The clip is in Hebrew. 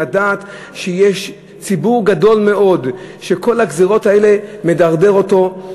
לדעת שיש ציבור גדול מאוד שכל הגזירות האלה מדרדרות אותו,